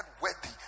worthy